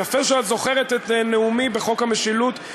יפה שאת זוכרת את נאומי בחוק המשילות,